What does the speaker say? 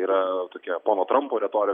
yra tokia pono trampo retorika